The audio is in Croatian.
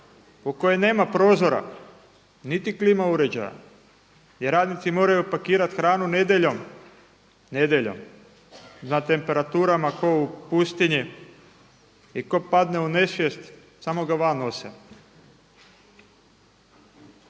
u kojoj nema prozora niti klima uređaja gdje radnici moraju pakirati hranu nedjeljom. Nedjeljom. Na temperaturama kao u pustinji i tko padne u nesvijest samo ga van nose.